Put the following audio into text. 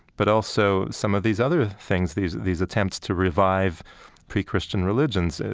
but also some of these other things, these these attempts to revive pre-christian religions,